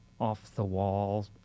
off-the-wall